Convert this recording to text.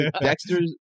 Dexter's